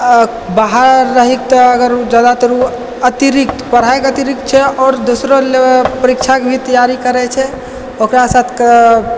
बाहर रहित अगर उ जादातर उ अतिरिक्त पढ़ाइ अतिरिक्त छै आओर दोसरो लए परीक्षाके भी तैयारी करै छै ओकरा साथके